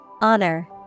Honor